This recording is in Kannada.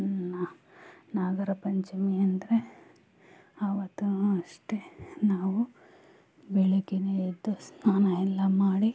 ನಾ ನಾಗರ ಪಂಚಮಿ ಅಂದರೆ ಆವತ್ತು ಅಷ್ಟೇ ನಾವು ಬೆಳಗ್ಗೆ ಎದ್ದು ಸ್ನಾನ ಎಲ್ಲ ಮಾಡಿ